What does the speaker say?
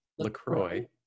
LaCroix